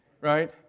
right